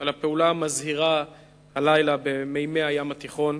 על הפעולה המזהירה הלילה במימי הים התיכון.